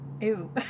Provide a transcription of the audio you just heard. Ew